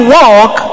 walk